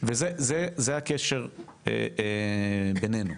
וזה הקשר בינינו.